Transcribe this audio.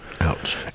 Ouch